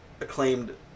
acclaimed